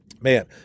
Man